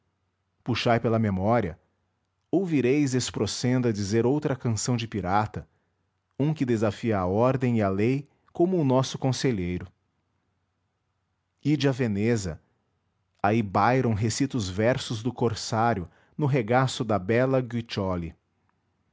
puxai pela memória ouvireis espronceda dizer outra canção de pirata um que desafia a ordem e a lei como o nosso conselheiro ide a veneza aí byron recita os versos do corsário no regaço da bela guiccioli